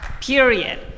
period